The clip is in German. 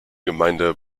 gemeinde